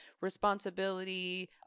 responsibility